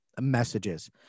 messages